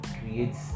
creates